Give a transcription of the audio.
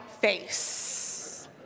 face